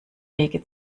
wege